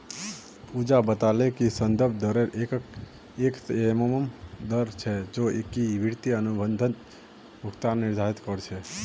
पूजा बताले कि संदर्भ दरेर एक यममन दर छेक जो की एक वित्तीय अनुबंधत भुगतान निर्धारित कर छेक